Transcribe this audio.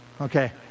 okay